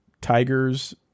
Tigers